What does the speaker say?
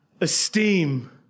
esteem